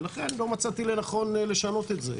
ולכן לא מצאתי לנכון לשנות את זה.